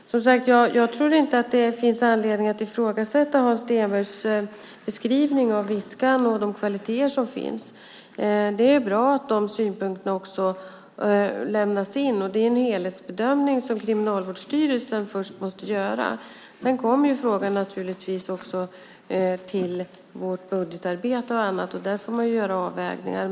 Jag tror inte att det finns anledning att ifrågasätta Hans Stenbergs beskrivning av Viskan och de kvaliteter som finns där. Det är bra att de synpunkterna också lämnas in, och det är en helhetsbedömning som Kriminalvårdsstyrelsen först måste göra. Sedan kommer frågan naturligtvis också till vårt budgetarbete och annat. Där får man göra avvägningar.